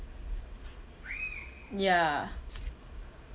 ya